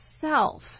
self